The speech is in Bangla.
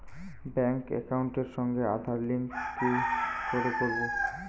ব্যাংক একাউন্টের সঙ্গে আধার লিংক কি করে করবো?